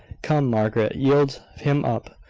come, margaret, yield him up.